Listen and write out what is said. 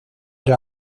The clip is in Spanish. del